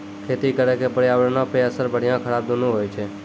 खेती करे के पर्यावरणो पे असर बढ़िया खराब दुनू होय छै